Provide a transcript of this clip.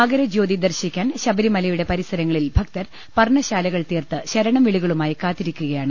മകരജ്യോതി ദർശിക്കാൻ ശബ രിമലയുടെ പരിസരങ്ങളിൽ ഭക്തർ പർണ്ണശാലകൾ തീർത്ത് ശരണംവിളി കളുമായി കാത്തിരിക്കുകയാണ്